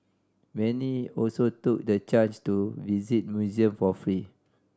many also took the chance to visit museum for free